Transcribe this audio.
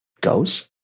goes